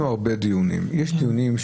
אני מבקש שזה ייעשה ושנקבל את הנתונים האלה,